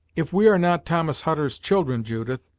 if we are not thomas hutter's children, judith,